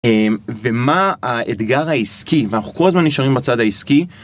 ומה האתגר העסקי, ואנחנו כל הזמן נשארים בצד העסקי.